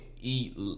eat